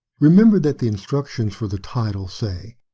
remember that the instructions for the title say,